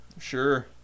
Sure